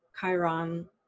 Chiron